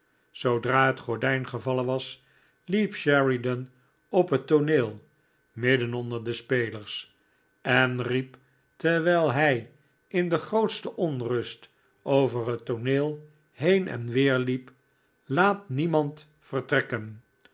zoodra het gordijn gevallen was hep sheridan op het tooneel midden onder de spelers en riep terwijl hi in de grootste onrust over het tooneel heen en weer liep laat niemand vertrekken